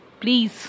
please